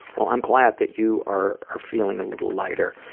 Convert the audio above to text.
well, i'm glad that you are are feeling a little lighter.